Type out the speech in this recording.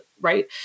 right